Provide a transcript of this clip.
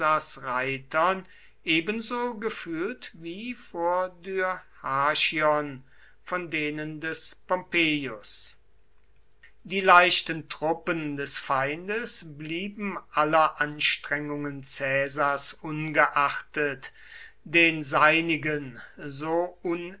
reitern ebenso gefühlt wie vor dyrrhachion von denen des pompeius die leichten truppen des feindes blieben aller anstrengungen caesars ungeachtet den seinigen so